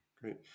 Great